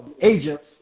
agents